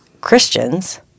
Christians